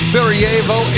Sarajevo